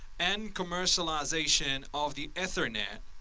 and commercialization of the ethernet.